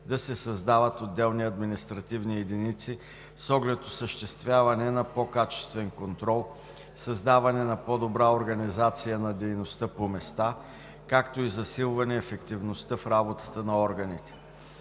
да се създават отделни административни единици, с оглед осъществяване на по-качествен контрол, създаване на по-добра организация на дейността по места, както и засилване ефективността в работата на органите.